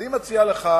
אני מציע לך,